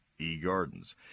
eGardens